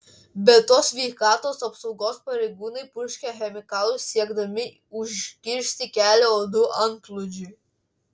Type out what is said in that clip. be to sveikatos apsaugos pareigūnai purškia chemikalus siekdami užkirsti kelią uodų antplūdžiui